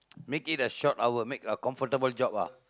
make it a short hour make a comfortable job ah